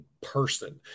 person